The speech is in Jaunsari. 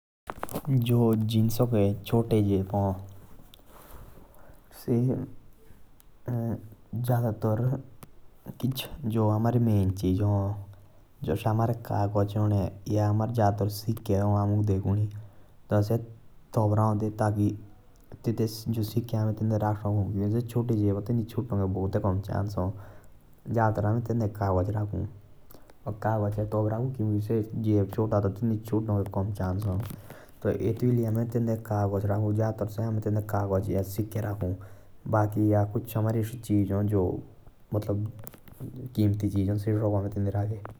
जो जिसा के छोटे जैब हा। से जादा तर जो हमारे मैं चग हा। तेतु रखनाक कम औ। जादातर आमे तेंदे सिका रखु।